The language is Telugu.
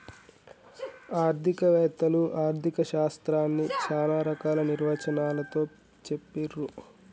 ఆర్థిక వేత్తలు ఆర్ధిక శాస్త్రాన్ని చానా రకాల నిర్వచనాలతో చెప్పిర్రు